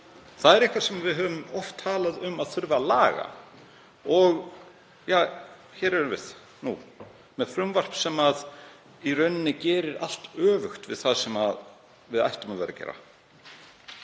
Það er eitthvað sem við höfum oft talað um að þurfi að laga og hér erum við nú með frumvarp sem í raun gerir allt öfugt við það sem við ættum að vera að gera.